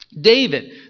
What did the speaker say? David